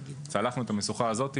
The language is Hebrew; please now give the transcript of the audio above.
צלחנו את המשוכה הזאת,